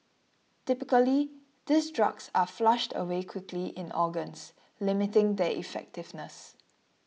typically these drugs are flushed away quickly in organs limiting their effectiveness